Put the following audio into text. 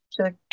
Check